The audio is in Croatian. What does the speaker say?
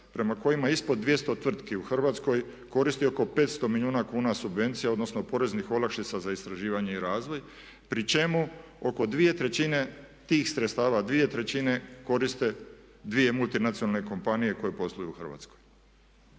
prema kojima ispod 200 tvrtki u Hrvatskoj koristi oko 500 milijuna kuna subvencije odnosno poreznih olakšica za istraživanje i razvoj pri čemu oko dvije trećine tih sredstava, dvije trećine koriste dvije multinacionalne kompanije koje posluju u Hrvatskoj.